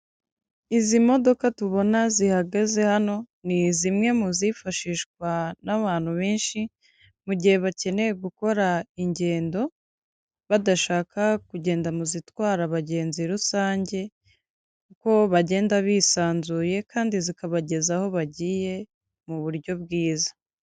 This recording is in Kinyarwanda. Izi modoka tubona zihagaze hano, ni zimwe mu zifashishwa n'abantu benshi mu gihe bakeneye gukora ingendo, badashaka kugenda mu zitwara abagenzi rusange, kuko bagenda bisanzuye kandi zikabageza aho bagiye mu buryo bwiza.